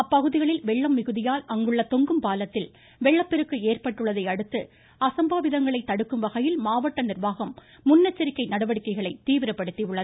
அப்பகுதிகளில் வெள்ளம் மிகுதியால் அங்குள்ள தொங்கும் பாலத்தில் வெள்ளப்பெருக்கு ஏற்பட்டுள்ளதால் அசம்பாவிதங்களைத் தடுக்கும்வகையில் மாவட்ட நிர்வாகம் முன் எச்சரிக்கை நடவடிக்கைகள் தீவிரப்படுத்தப்பட்டுள்ளன